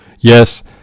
Yes